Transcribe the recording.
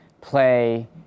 play